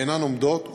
בעינן עומדות,